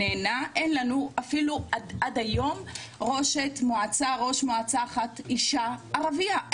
לנו עד היום אפילו ראשת מועצה אחת אישה ערביה.